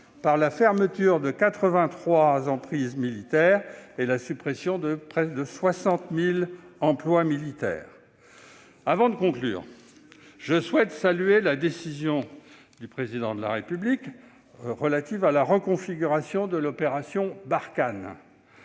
par la fermeture de quatre-vingt-trois emprises militaires et par la suppression de près de 60 000 emplois militaires. Eh oui ! Avant de conclure, je souhaite saluer la décision du Président de la République relative à la reconfiguration de l'opération Barkhane.